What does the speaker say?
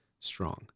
strong